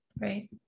right